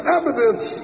evidence